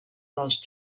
dels